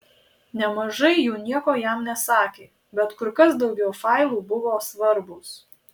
nemažai jų nieko jam nesakė bet kur kas daugiau failų buvo svarbūs